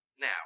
Now